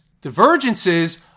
Divergences